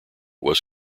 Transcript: was